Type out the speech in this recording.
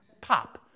Pop